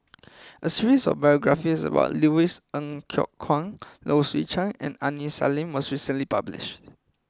a series of biographies about Louis Ng Kok Kwang Low Swee Chen and Aini Salim was recently published